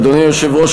אדוני היושב-ראש,